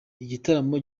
igitaramo